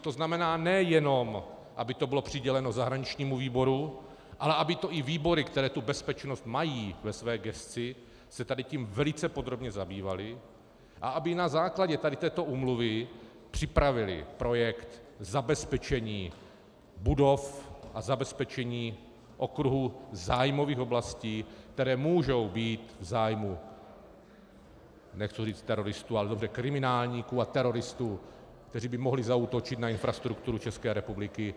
To znamená, nejenom aby to bylo přiděleno zahraničnímu výboru, ale aby se i výbory, které bezpečnost mají ve své gesci, tímto velice podrobně zabývaly a aby na základě této úmluvy připravily projekt zabezpečení budov a zabezpečení okruhu zájmových oblastí, které můžou být v zájmu nechci říct teroristů, ale dobře, kriminálníků a teroristů, kteří by mohli zaútočit na infrastrukturu České republiky.